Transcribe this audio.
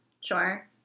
Sure